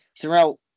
throughout